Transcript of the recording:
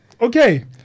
Okay